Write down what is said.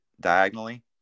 diagonally